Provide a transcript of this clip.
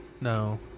No